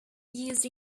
used